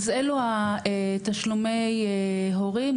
אז אלו תשלומי הורים,